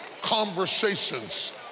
conversations